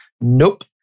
Nope